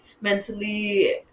mentally